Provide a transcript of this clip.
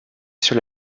sur